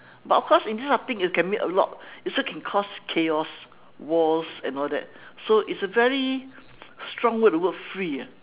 but of course in this sort of things it can mean a lot it also can cause chaos wars and all that so it's a very strong word the word free ah